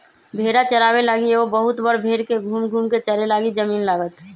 भेड़ा चाराबे लागी एगो बहुत बड़ भेड़ के घुम घुम् कें चरे लागी जमिन्न लागत